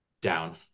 Down